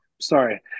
Sorry